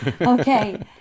Okay